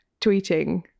tweeting